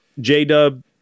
J-Dub